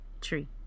Tree